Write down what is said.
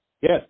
Yes